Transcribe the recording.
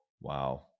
Wow